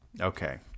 Okay